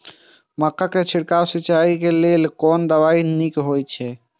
मक्का के छिड़काव सिंचाई के लेल कोन दवाई नीक होय इय?